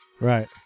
Right